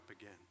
again